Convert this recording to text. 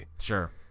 Sure